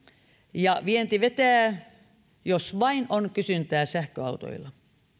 ja vienti vetää jos vain on kysyntää sähköautoilla